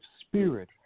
spirit